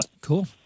Cool